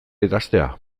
idaztea